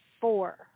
four